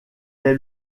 est